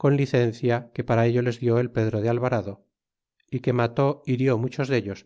con licencia que para ello les dió el pedro de alvarado é que mató é hirió muchos dellos